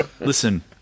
Listen